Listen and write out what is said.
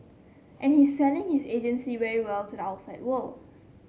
and he's selling his agency very well to the outside world